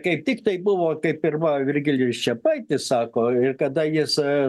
kaip tiktai buvo taip ir virgilijus čepaitis sako ir kada jis